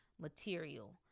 material